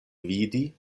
vidi